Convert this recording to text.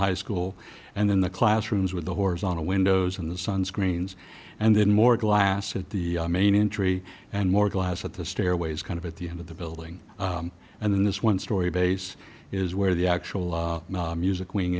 high school and then the classrooms with the horizontal windows in the sunscreens and then more glass at the main entry and more glass at the stairways kind of at the end of the building and then this one story base is where the actual music wing